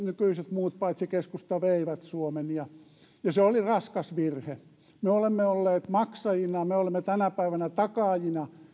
muut paitsi keskusta veivät suomen ja se oli raskas virhe me olemme olleet maksajina me olemme tänä päivänä takaajina